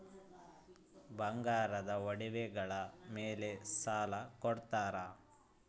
ಬಂಗಾರದ ಒಡವೆಗಳ ಮೇಲೆ ಸಾಲ ಕೊಡುತ್ತೇರಾ?